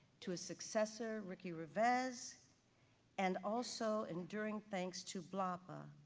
to his successor, ricky rivas and also enduring thanks to blapa,